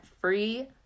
free